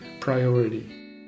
priority